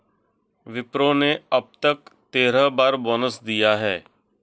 विप्रो ने अब तक तेरह बार बोनस दिया है